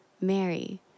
Mary